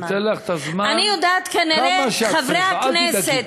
אני אתן לך את הזמן, כמה שאת צריכה, אל תדאגי.